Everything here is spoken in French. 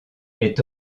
est